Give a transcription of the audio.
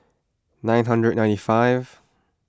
nine hundred ninety five